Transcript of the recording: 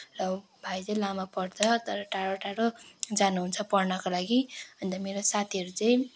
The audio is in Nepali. भाइ चाहिँ लामा पढ्दा तर टाढो टाढो जानुहुन्छ पढ्नको लागि अन्त मेरो साथीहरू चाहिँ